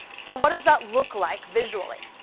so what does that look like visually?